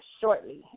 shortly